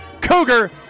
cougar